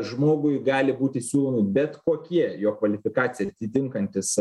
žmogui gali būti siūlomi bet kokie jo kvalifikaciją atitinkantys